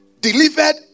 delivered